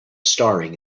staring